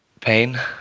pain